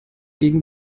gegen